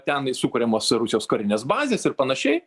ten sukuriamos rusijos karinės bazės ir panašiai